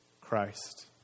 Christ